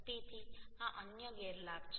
તેથી આ અન્ય ગેરલાભ છે